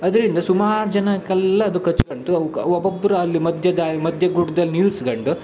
ಆದ್ರಿಂದ ಸುಮಾರು ಜನಕ್ಕೆಲ್ಲ ಅದು ಕಚ್ಗಳ್ತು ಅವ್ಕೆ ಒಬೊಬ್ರು ಅಲ್ಲಿ ಮಧ್ಯೆ ದಾರಿ ಮಧ್ಯೆ ಗುಡ್ದಲ್ಲಿ ನಿಲ್ಸ್ಕಂಡು